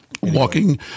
Walking